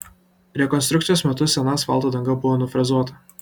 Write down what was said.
rekonstrukcijos metu sena asfalto danga buvo nufrezuota